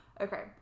Okay